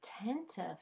attentive